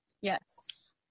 Yes